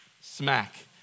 smack